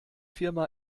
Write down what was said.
firma